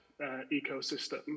ecosystem